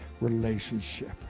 relationship